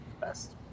best